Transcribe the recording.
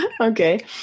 Okay